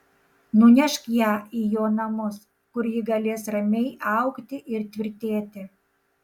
nunešk ją į jo namus kur ji galės ramiai augti ir tvirtėti